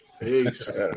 Peace